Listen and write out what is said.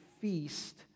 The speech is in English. feast